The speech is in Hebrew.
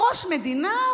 "ראש מדינה,